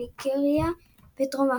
ניגריה ודרום אפריקה.